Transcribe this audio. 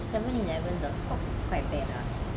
seven eleven the stock is quite bad ah